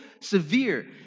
severe